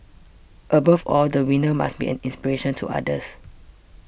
above all the winner must be an inspiration to others